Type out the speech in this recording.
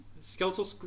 Skeletal